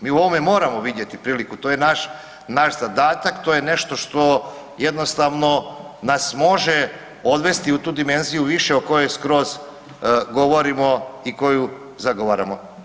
Mi u ovome moramo vidjeti priliku, to je naš zadatak, to je nešto što jednostavno nas može odvesti u tu dimenziju više o kojoj skroz govorimo i koju zagovaramo.